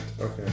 Okay